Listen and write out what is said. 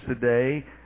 today